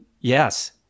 yes